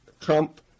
trump